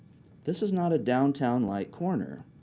this is not a downtown light corner.